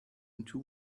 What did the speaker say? into